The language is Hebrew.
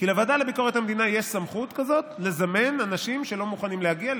כי לוועדה לביקורת המדינה יש סמכות כזאת לזמן אנשים שלא מוכנים להגיע,